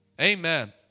Amen